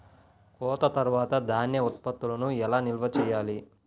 కోత తర్వాత ధాన్య ఉత్పత్తులను ఎలా నిల్వ చేయాలి?